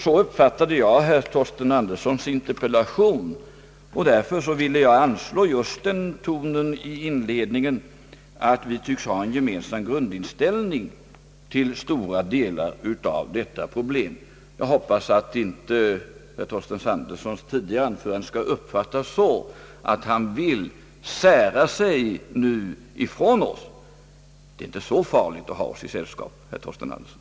Så uppfattade jag herr Torsten Anderssons interpellation, och av den anledningen ville jag anslå just den tonen i inledningen och betona att vi behöver ha en gemensam grundinställning till stora delar av detta problem, Jag hoppas att herr Torsten Anderssons tidigare anförande inte skulle uppfattas så, att han nu vill skilja sig från oss. Är det så farligt att ha oss i sällskap, herr Torsten Andersson?